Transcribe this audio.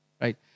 right